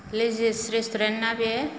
लेजिज restaurant ना बे